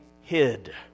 hid